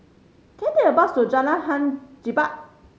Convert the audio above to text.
can I take a bus to Jalan Hang Jebat